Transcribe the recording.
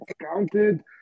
counted